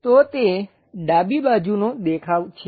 તો તે ડાબી બાજુનો દેખાવ છે